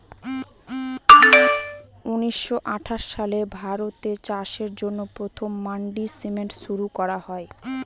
উনিশশো আঠাশ সালে ভারতে চাষের জন্য প্রথম মান্ডি সিস্টেম শুরু করা হয়